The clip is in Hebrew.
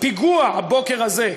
הפיגוע הבוקר הזה באום-אלחיראן,